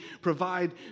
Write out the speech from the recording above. provide